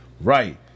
right